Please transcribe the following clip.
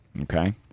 Okay